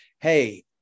hey